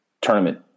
tournament